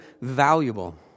valuable